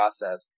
process